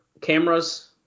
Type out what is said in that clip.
cameras